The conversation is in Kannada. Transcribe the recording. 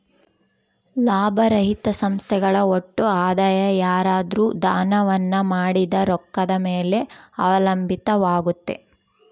ಲಾಭರಹಿತ ಸಂಸ್ಥೆಗಳ ಒಟ್ಟು ಆದಾಯ ಯಾರಾದ್ರು ದಾನವನ್ನ ಮಾಡಿದ ರೊಕ್ಕದ ಮೇಲೆ ಅವಲಂಬಿತವಾಗುತ್ತೆ